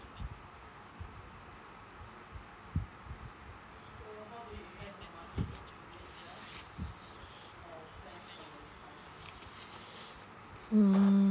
mm